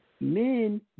Men